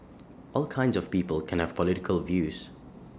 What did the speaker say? all kinds of people can have political views